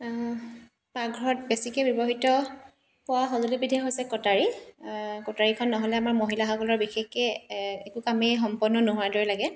পাকঘৰত বেছিকৈ ব্যৱহিত হোৱা সঁজুলি বিধেই হৈছে কটাৰী কটাৰীখন নহ'লে আমাৰ মহিলাসকলৰ বিশেষকৈ একো কামে সম্পন্ন নোহোৱাৰ দৰে লাগে